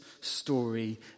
story